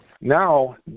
now